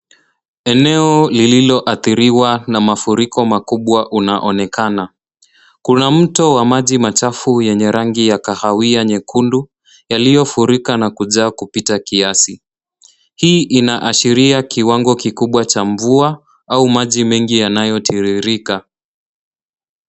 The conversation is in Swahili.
Eneo lililoathiriwa na mafuriko makubwa unaonekana. Kuna mto wa maji machafu yenye rangi ya kahawia nyekundu yaliyofurika na kujaa kupita kiasi. Hii inaashiria kiwango kikubwa cha mvua au maji mengi yanayotiririka.